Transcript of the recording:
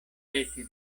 peti